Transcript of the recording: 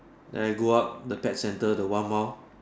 then I go up the pet center the one mile